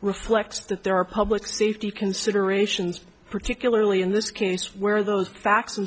reflects that there are public safety considerations particularly in this case where those fact